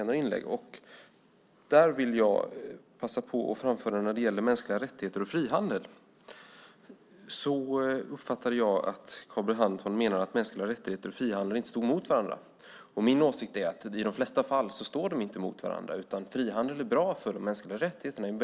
När det gäller mänskliga rättigheter och frihandel vill jag därför säga att jag uppfattade det så att Carl B Hamilton menar att mänskliga rättigheter och frihandel inte står i motsättning till varandra. Min åsikt är att de i de flesta fall inte gör det. Frihandel är i många fall bra för mänskliga rättigheter.